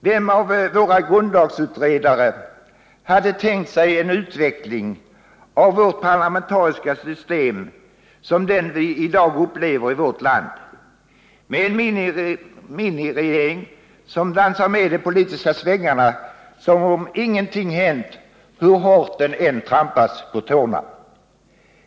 Vem av våra grundlagsutredare hade tänkt sig en utveckling av vårt parlamentariska system som den vi i dag upplever i vårt land med en miniregering som dansar med i de politiska svängningarna som om ingenting hänt hur hårt den än trampas på tårna?